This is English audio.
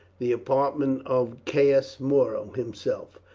the apartment of caius muro himself.